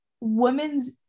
women's